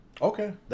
Okay